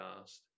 asked